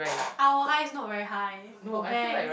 our eyes not very high for bangs